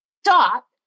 stop